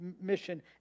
mission